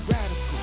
Radical